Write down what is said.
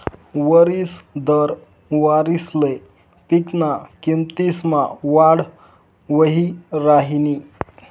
वरिस दर वारिसले पिकना किमतीसमा वाढ वही राहिनी